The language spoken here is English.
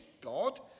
God